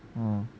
mm